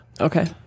Okay